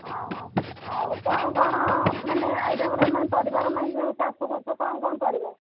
ଆଉ କଣ କଣ ମାନେ ଆଇଟମ୍ ର ମାନେ ପରିବାର ମାନେ ଚାଷ କରିଛ କଣ କଣ ପରିବା